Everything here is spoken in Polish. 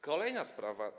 Kolejna sprawa.